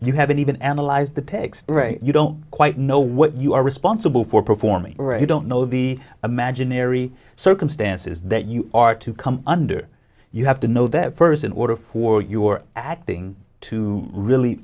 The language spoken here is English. you haven't even analyzed the text you don't quite know what you are responsible for performing you don't know the imaginary circumstances that you are to come under you have to know that first in order for your acting to really